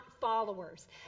followers